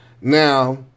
Now